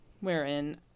Wherein